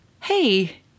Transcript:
hey